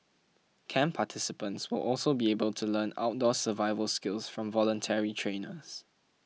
camp participants will also be able to learn outdoor survival skills from voluntary trainers